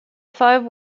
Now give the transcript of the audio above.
five